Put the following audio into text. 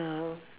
ya lor